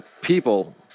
people